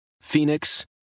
Phoenix